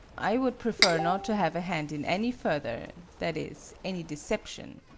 i would prefer not to have a hand in any further that is, any deception,